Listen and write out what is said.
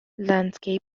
landscape